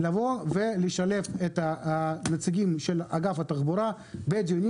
לשלב את הנציגים של אגף התחבורה בדיונים